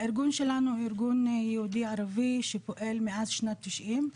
הארגון שלנו הוא ארגון יהודי ערבי שפועל מאז שנת 90,